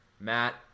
matt